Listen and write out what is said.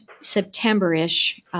September-ish